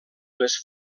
les